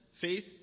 faith